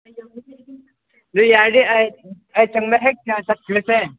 ꯑꯗꯨ ꯌꯥꯔꯗꯤ ꯑꯩ ꯑꯩ ꯆꯪꯕ ꯍꯦꯛꯇ ꯆꯠꯈ꯭ꯔꯁꯦ